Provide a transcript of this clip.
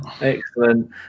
Excellent